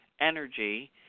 energy